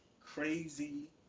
crazy